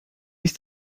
ist